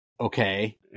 Okay